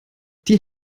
die